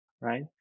right